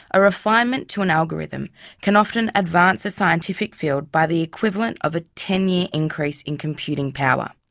a refinement to an algorithm can often advance a scientific field by the equivalent of a ten-year increase in computing power.